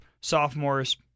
sophomores